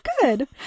Good